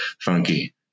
funky